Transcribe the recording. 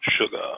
sugar